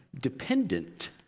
dependent